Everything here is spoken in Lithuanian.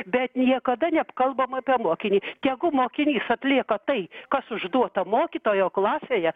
bet niekada neapkalbama apie mokinį tegu mokinys atlieka tai kas užduota mokytojo klasėje